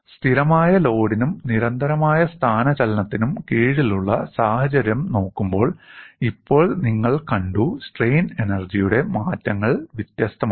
സ്ഥിരമായ ലോഡിനും നിരന്തരമായ സ്ഥാനചലനത്തിനും കീഴിലുള്ള സാഹചര്യം നോക്കുമ്പോൾ ഇപ്പോൾ നിങ്ങൾ കണ്ടു സ്ട്രെയിൻ എനർജിയുടെ മാറ്റങ്ങൾ വ്യത്യസ്തമാണ്